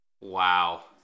wow